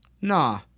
Nah